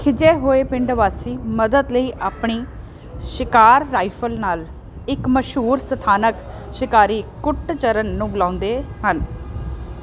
ਖਿਝੇ ਹੋਏ ਪਿੰਡ ਵਾਸੀ ਮਦਦ ਲਈ ਆਪਣੀ ਸ਼ਿਕਾਰ ਰਾਈਫਲ ਨਾਲ ਇੱਕ ਮਸ਼ਹੂਰ ਸਥਾਨਕ ਸ਼ਿਕਾਰੀ ਕੁੱਟਚਰਨ ਨੂੰ ਬੁਲਾਉਂਦੇ ਹਨ